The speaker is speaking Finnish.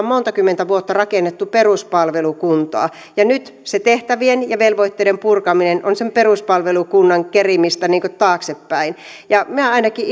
montakymmentä vuotta rakentaneet peruspalvelukuntaa ja nyt se tehtävien ja velvoitteiden purkaminen on sen peruspalvelukunnan kerimistä taaksepäin minä ainakin